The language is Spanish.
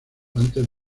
antes